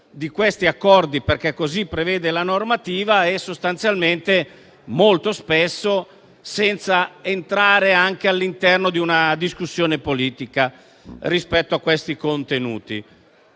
nel merito, perché così prevede la normativa, e sostanzialmente molto spesso senza entrare all'interno di una discussione politica rispetto a questi contenuti.